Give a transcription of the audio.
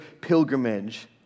pilgrimage